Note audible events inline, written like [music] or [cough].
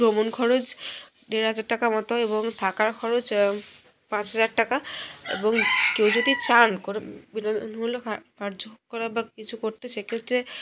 ভ্রমণ খরচ দেড় হাজার টাকার মতো এবং থাকার খরচ পাঁচ হাজার টাকা এবং কেউ যদি চান [unintelligible] বিনোদনমূলক কার্যকলাপ বা কিছু করতে সেক্ষেত্রে